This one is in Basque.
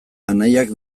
anaiak